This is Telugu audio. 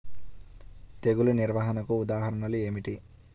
తెగులు నిర్వహణకు ఉదాహరణలు ఏమిటి?